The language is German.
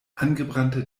angebrannte